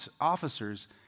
officers